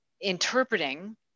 interpreting